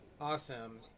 Awesome